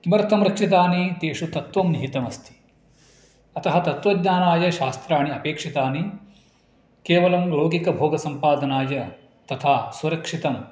किमर्थं रक्षितानि तेषु तत्त्वं निहितमस्ति अतः तत्त्वज्ञानाय शास्त्राणि अपेक्षितानि केवलं लौकिकभोगसम्पादनाय तथा सुरक्षितं